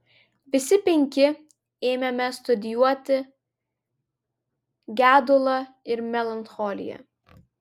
visi penki ėmėme studijuoti gedulą ir melancholiją